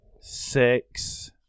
six